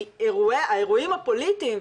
האירועים הפוליטיים,